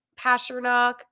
Pasternak